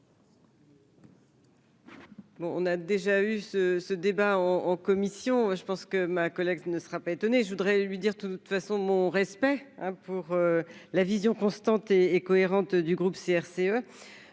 on a déjà eu ce ce débat en commission, je pense que ma collègue ne sera pas étonné, je voudrais lui dire tout de toute façon, mon respect pour la vision constante et cohérente du groupe CRCE